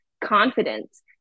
confidence